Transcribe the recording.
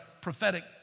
prophetic